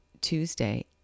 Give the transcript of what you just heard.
Tuesday